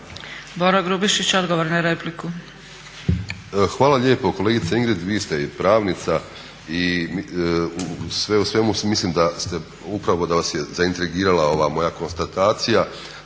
**Grubišić, Boro (HDSSB)** Hvala lijepo kolegice Ingrid, vi ste pravnica i sve u svemu mislim da ste upravo, da vas je zaintrigirala ova moja konstatacija